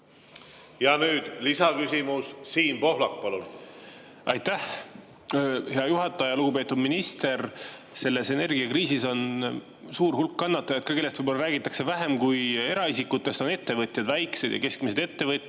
Ja nüüd lisaküsimus. Siim Pohlak, palun! Aitäh, hea juhataja! Lugupeetud minister! Selles energiakriisis on suur hulk kannatajaid, kellest võib‑olla räägitakse vähem kui eraisikutest. Need on ettevõtjad: väikesed ja keskmised ettevõtjad,